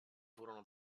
furono